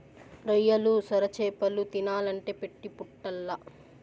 రొయ్యలు, సొరచేపలు తినాలంటే పెట్టి పుట్టాల్ల